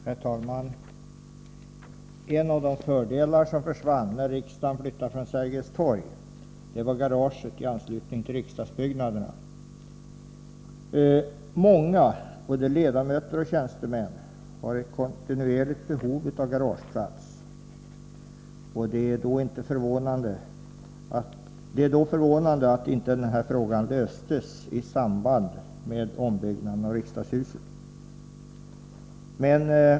Herr talman! En av de fördelar som försvann när riksdagen flyttade från Sergels Torg var garaget i anslutning till riksdagsbyggnaderna. Många, både ledamöter och tjänstemän, har ett kontinuerligt behov av garageplats. Det är då förvånande att inte den här frågan löstes i samband med ombyggnaden av riksdagshuset.